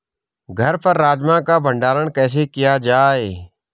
घर पर राजमा का भण्डारण कैसे किया जाय?